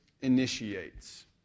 initiates